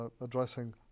addressing